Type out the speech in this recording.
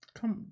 Come